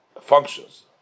functions